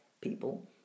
people